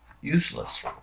Useless